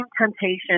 temptation